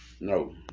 No